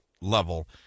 level